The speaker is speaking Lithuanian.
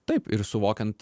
taip ir suvokiant